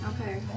Okay